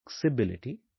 flexibility